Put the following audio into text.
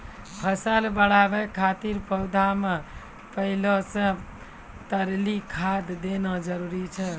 फसल बढ़ाबै खातिर पौधा मे पहिले से तरली खाद देना जरूरी छै?